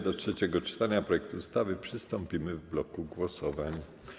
Do trzeciego czytania projektu ustawy przystąpimy w bloku głosowań.